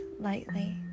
lightly